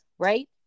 right